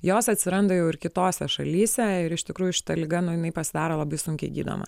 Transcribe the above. jos atsiranda jau ir kitose šalyse ir iš tikrųjų šita liga nu jinai pasidaro labai sunkiai gydoma